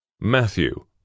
Matthew